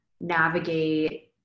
navigate